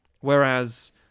Whereas